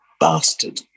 bastard